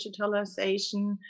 digitalization